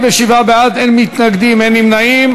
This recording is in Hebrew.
47 בעד, אין מתנגדים, אין נמנעים.